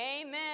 Amen